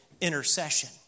intercession